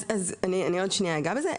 אז אני עוד שנייה אגע בזה.